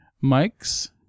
Mike's